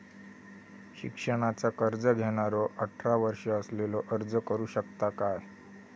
शिक्षणाचा कर्ज घेणारो अठरा वर्ष असलेलो अर्ज करू शकता काय?